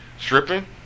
Stripping